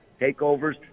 takeovers